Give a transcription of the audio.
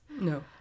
No